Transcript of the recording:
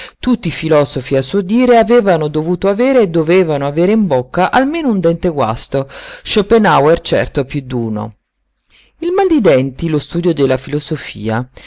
i filosofi a suo dire avevano dovuto avere e dovevano avere in bocca almeno un dente guasto schopenhauer certo piú d'uno il mal di denti lo studio della filosofia